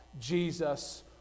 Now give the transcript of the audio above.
Jesus